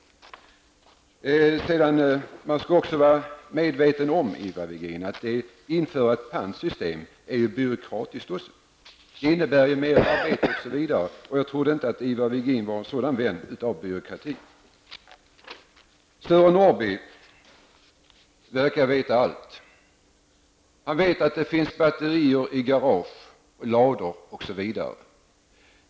Man skall också vara medveten om, Ivar Virgin, att det också är byråkratiskt att införa ett pantsystem. Det innebär merarbete osv., och jag trodde inte att Ivar Virgin var en sådan vän av byråkrati. Sören Norrby verkar veta allt. Han vet att det finns batterier i garage, i lador osv.